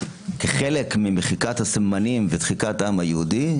כחלק ממחיקת הסממנים ודחיקת העם היהודי,